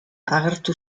agertu